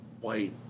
white